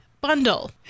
bundle